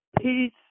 Peace